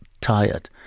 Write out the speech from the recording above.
tired